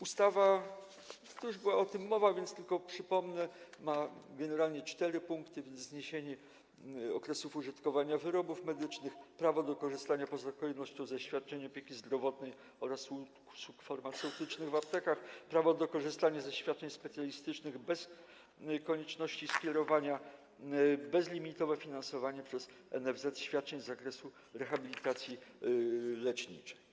Ustawa - już była o tym mowa, więc tylko przypomnę - ma generalnie cztery punkty: zniesienie okresów użytkowania wyrobów medycznych, prawo do korzystania poza kolejnością ze świadczeń opieki zdrowotnej oraz z usług farmaceutycznych udzielanych w aptekach, prawo do korzystania ze świadczeń specjalistycznych bez konieczności uzyskania skierowania, bezlimitowe finansowanie przez NFZ świadczeń z zakresu rehabilitacji leczniczej.